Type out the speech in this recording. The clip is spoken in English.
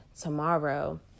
tomorrow